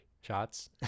shots